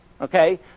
okay